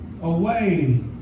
Away